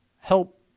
help